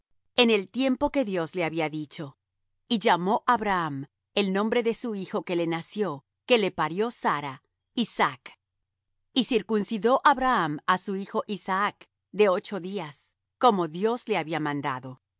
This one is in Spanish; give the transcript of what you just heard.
en el tiempo que dios le había dicho y llamó abraham el nombre de su hijo que le nació que le parió sara isaac y circuncidó abraham á su hijo isaac de ocho días como dios le había mandado